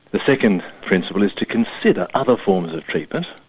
the second principle is to consider other forms of treatment,